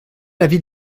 l’avis